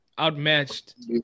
outmatched